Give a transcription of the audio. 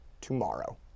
tomorrow